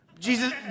Jesus